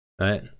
right